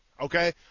Okay